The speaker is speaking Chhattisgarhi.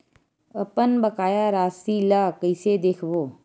अपन बकाया राशि ला कइसे देखबो?